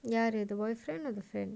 ya the boyfriend or the friend